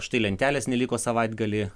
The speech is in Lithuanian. štai lentelės neliko savaitgalį